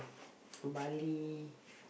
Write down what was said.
Bali